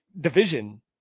division